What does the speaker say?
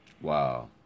Wow